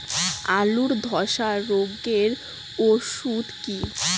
আলুর ধসা রোগের ওষুধ কি?